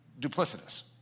duplicitous